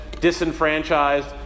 Disenfranchised